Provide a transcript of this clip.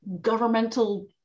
governmental